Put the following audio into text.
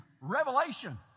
revelation